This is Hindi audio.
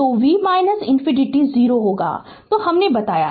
तो v इन्फिनिटी 0 होगा जो हमने बताया